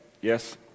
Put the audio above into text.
yes